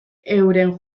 euren